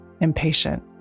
impatient